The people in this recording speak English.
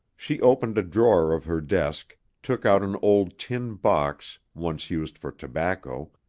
she opened a drawer of her desk, took out an old tin box, once used for tobacco,